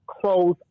close